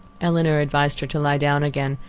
elinor advised her to lie down again,